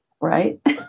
right